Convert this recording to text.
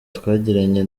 twagiranye